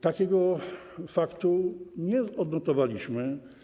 Takiego faktu nie odnotowaliśmy.